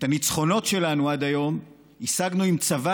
את הניצחונות שלנו עד היום השגנו עם צבא